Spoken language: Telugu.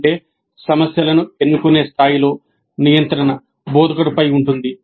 అంటే సమస్యలను ఎన్నుకునే స్థాయిలో నియంత్రణ బోధకుడిపై ఉంటుంది